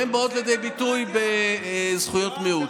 שהן באות לידי ביטוי בזכויות מיעוט.